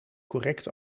correct